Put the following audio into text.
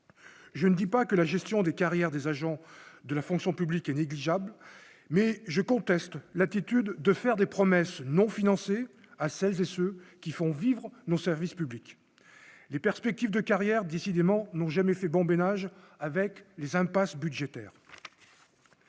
je ne dis pas que la gestion des carrières des agents de la fonction publique est négligeable mais je conteste l'attitude de faire des promesses non financées à celles et ceux qui font vivre nos services publics, les perspectives de carrière, décidément, n'ont jamais fait bomber nagent avec les impasses budgétaires.